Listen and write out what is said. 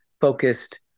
focused